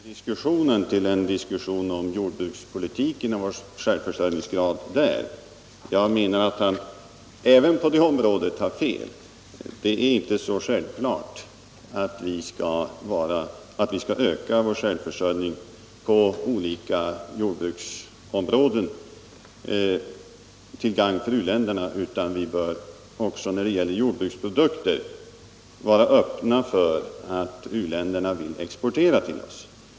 Herr talman! Jag noterar att herr Åsling vill begränsa den här diskussionen till en diskussion om jordbrukspolitiken och vår självförsörjningsgrad på det området. Jag menar att han även när det gäller det området har fel. Det är inte så självklart att vi skall öka vår självförsörjningsgrad av olika jordbruksprodukter, exempelvis socker, för att gagna u-länderna. Vi bör också när det gäller jordbruksprodukter vara öppna för att u-länderna vill exportera till oss.